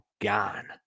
gone